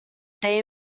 they